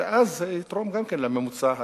ואז זה יתרום גם לממוצע הכלל-ארצי.